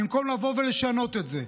במקום לבוא ולשנות את זה,